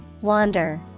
Wander